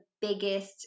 biggest